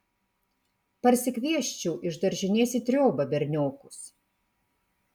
parsikviesčiau iš daržinės į triobą berniokus